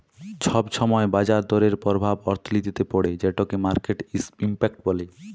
ছব ছময় বাজার দরের পরভাব অথ্থলিতিতে পড়ে যেটকে মার্কেট ইম্প্যাক্ট ব্যলে